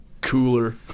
cooler